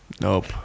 Nope